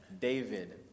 David